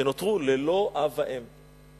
שנותרו ללא אב ואם.